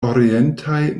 orientaj